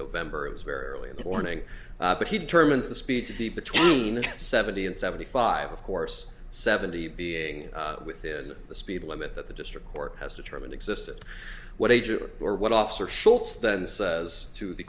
november it was very early in the morning but he determines the speed to be between seventy and seventy five of course seventy being within the speed limit that the district court has determined existed what age or or what officer schultz then says to the